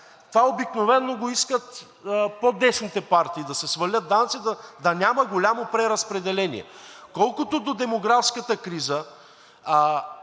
Това обикновено го искат по-десните партии – да се свалят данъци, да няма голямо преразпределение. Колкото до демографската криза,